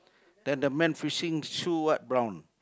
then the men fishing shoe what brown